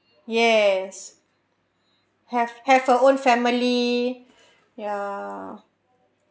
yes have have her own family ya